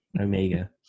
Omega